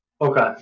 okay